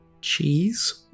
Cheese